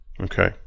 Okay